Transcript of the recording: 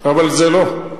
אבל זה לא.